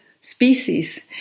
species